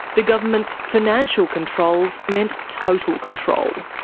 the government's financial controls meant total control.